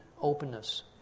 openness